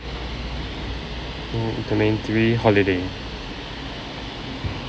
mm domain three holiday